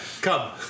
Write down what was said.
come